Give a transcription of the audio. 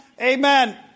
Amen